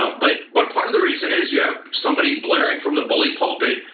ah but but part of the reason is, you have somebody blaring from the bully pulpit,